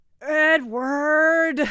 Edward